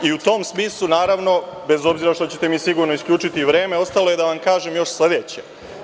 U tom smislu, naravno, bez obzira što ćete mi isključiti vreme, ostalo je da vam kažem još sledeće.